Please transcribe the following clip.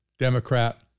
Democrat